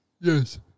Yes